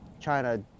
china